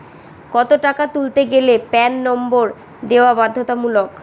কত টাকা তুলতে গেলে প্যান নম্বর দেওয়া বাধ্যতামূলক?